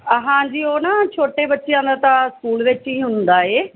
ਹਾਂਜੀ ਉਹ ਨਾ ਛੋਟੇ ਬੱਚਿਆਂ ਦਾ ਤਾਂ ਸਕੂਲ ਵਿੱਚ ਹੀ ਹੁੰਦਾ ਹੈ